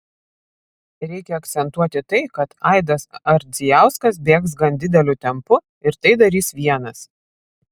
reikia akcentuoti tai kad aidas ardzijauskas bėgs gan dideliu tempu ir tai darys vienas